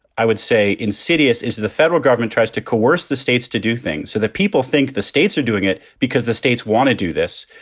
i would say, insidious is the federal government tries to coerce the states to do things so that people think the states are doing it because the states want to do this.